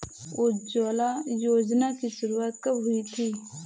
उज्ज्वला योजना की शुरुआत कब हुई थी?